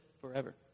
forever